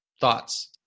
thoughts